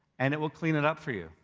and it will clean it up for you,